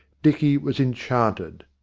dicky was enchanted.